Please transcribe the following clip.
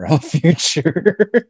future